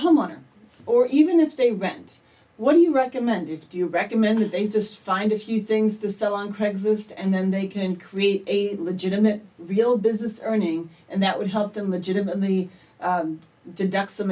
line or even if they rent what do you recommend you do you recommend they just find a few things to sell on craigslist and then they can create a legitimate real business earning and that would help them legitimately deduct some